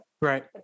Right